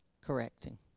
correcting